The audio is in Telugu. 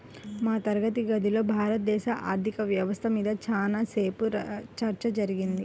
మా తరగతి గదిలో భారతదేశ ఆర్ధిక వ్యవస్థ మీద చానా సేపు చర్చ జరిగింది